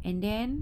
and then